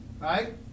right